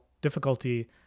difficulty